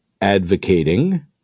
advocating